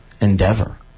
endeavor